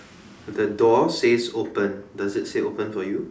the door says open does it say open for you